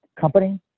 company